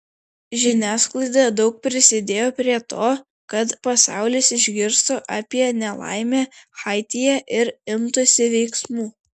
žiniasklaida daug prisidėjo prie to kad pasaulis išgirstų apie nelaimę haityje ir imtųsi veiksmų